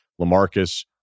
LaMarcus